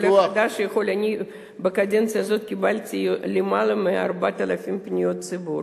ועולה חדש יכול אני בקדנציה הזאת קיבלתי למעלה מ-4,000 פניות ציבור.